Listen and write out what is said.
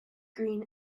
green